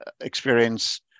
experience